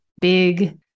big